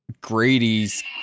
Grady's